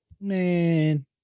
Man